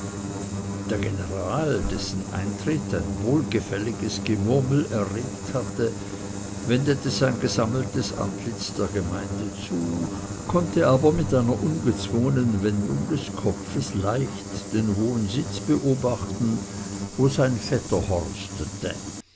der general dessen eintritt ein wohlgefälliges gemurmel erregt hatte wendete sein gesammeltes antlitz der gemeinde zu konnte aber mit einer ungezwungenen wendung des kopfes leicht den hohen sitz beobachten wo sein vetter horstete